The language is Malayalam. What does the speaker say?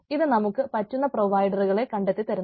ഇത് നമുക്ക് പറ്റുന്ന പ്രൊവൈഡറുകളെ കണ്ടെത്തി തരുന്നു